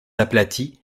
aplatie